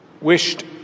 wished